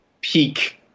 peak